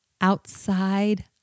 outside